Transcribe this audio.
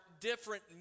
different